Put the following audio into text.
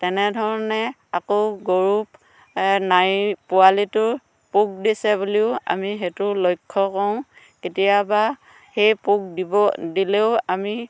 তেনেধৰণে আকৌ গৰু নাড়ী পোৱালিটোৰ পোক দিছে বুলিও আমি সেইটো লক্ষ্য কৰোঁ কেতিয়াবা সেই পোক দিব দিলেও আমি